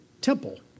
temple